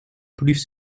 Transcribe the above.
plus